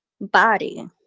body